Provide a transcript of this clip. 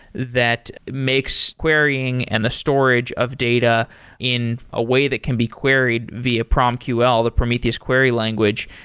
that makes querying and the storage of data in a way that can be queries via promql, the prometheus query language,